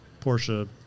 Porsche